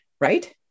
right